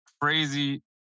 crazy